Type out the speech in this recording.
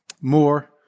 More